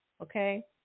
Okay